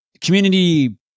community